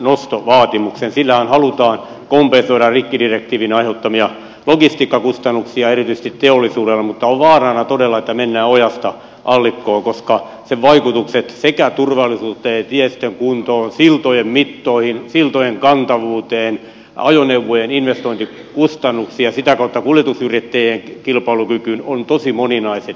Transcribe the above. sillähän halutaan kompensoida rikkidirektiivin aiheuttamia logistiikkakustannuksia erityisesti teollisuudelle mutta on vaarana todella että mennään ojasta allikkoon koska sen vaikutukset turvallisuuteen tiestön kuntoon siltojen mittoihin siltojen kantavuuteen ajoneuvojen investointikustannuksiin ja sitä kautta kuljetusyrittäjien kilpailukykyyn ovat tosi moninaiset